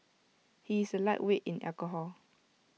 he is A lightweight in alcohol